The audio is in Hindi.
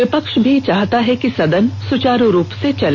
विपक्ष भी चाहता है कि सदन सुचारू रूप से चले